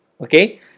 okay